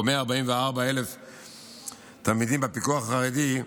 או 144,000 תלמידים בפיקוח החרדי,